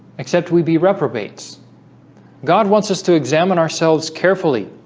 except we be reprobates god wants us to examine ourselves carefully